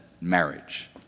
marriage